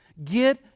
Get